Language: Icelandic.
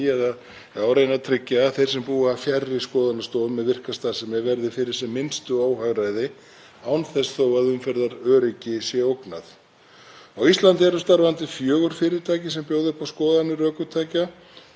Á Íslandi eru starfandi fjögur fyrirtæki sem bjóða upp á skoðanir ökutækja, skoðunarstofur sinna skoðunum og hafa aðstöðu víða á landsbyggðinni. Auk þess hafa þær aðgang að aðstöðu til skoðunar ökutækja á bifreiðaverkstæðum á nokkrum stöðum.